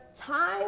time